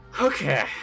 Okay